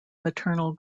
maternal